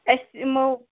أسۍ یِمو